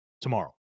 tomorrow